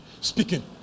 Speaking